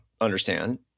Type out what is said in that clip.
understand